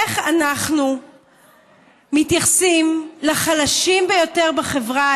איך אנחנו מתייחסים לחלשים ביותר בחברה,